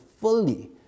fully